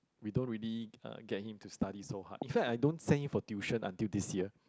we don't really uh get him to study so hard in fact I don't send him for tuition until this year